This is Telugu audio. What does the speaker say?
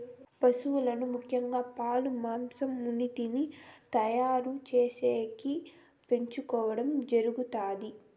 పసువులను ముఖ్యంగా పాలు, మాంసం, ఉన్నిని తయారు చేసేకి పెంచుకోవడం జరుగుతాది